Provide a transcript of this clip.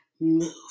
move